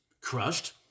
crushed